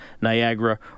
Niagara